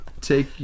Take